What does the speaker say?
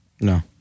No